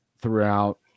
throughout